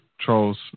Trolls